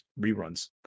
reruns